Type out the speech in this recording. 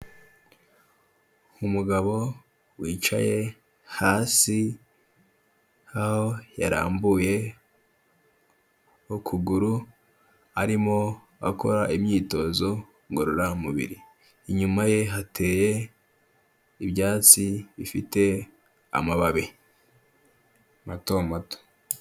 Umugabo wicaye hasi aho yarambuye ukuguru arimo akora imyitozo ngororamubiri, inyuma ye hateye ibyatsi bifite amababi mato mato.